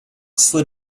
slid